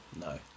No